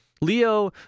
Leo